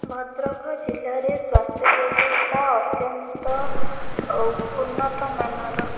ଭଦ୍ରକ ଜିଲ୍ଲାରେ ସ୍ୱାସ୍ଥ୍ୟ ବ୍ୟବସ୍ଥା ଅତ୍ୟନ୍ତ ଉନ୍ନତମାନର